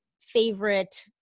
favorite